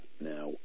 Now